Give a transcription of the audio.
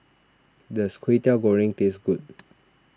does Kwetiau Goreng taste good